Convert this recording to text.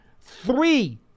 three